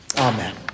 Amen